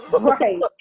Right